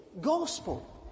gospel